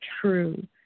true